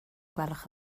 gwelwch